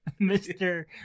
Mr